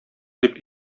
дип